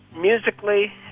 Musically